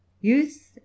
Youth